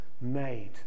made